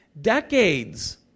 decades